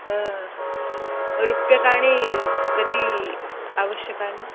हा रुप्यकाणि कति आवश्यकानि